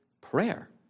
prayer